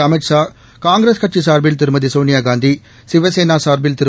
Amit Shah Congress கட்சி சார்பில் திருமதி சோனியா காந்தி சிவசேனா சார்பில் திரு